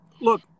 look